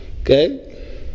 Okay